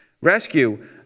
Rescue